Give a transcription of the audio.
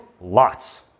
Lots